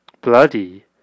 bloody